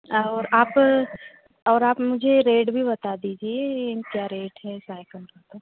और आप और आप मुझे रेट भी बता दीजिए ये क्या रेट है साइकिल का